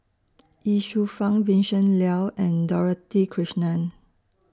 Ye Shufang Vincent Leow and Dorothy Krishnan